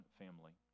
family